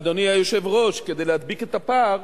ואדוני היושב-ראש, כדי להדביק את הפער